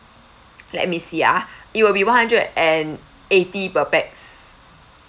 let me see ah it will be one hundred and eighty per pax